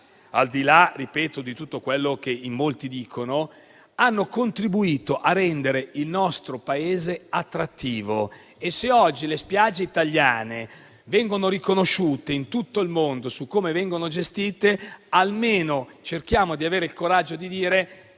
al di là di tutto quello che in molti dicono, hanno contribuito a rendere il nostro Paese attrattivo. E, se oggi le spiagge italiane vengono riconosciute in tutto il mondo per come vengono gestite, almeno cerchiamo di avere il coraggio di dire